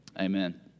Amen